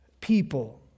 people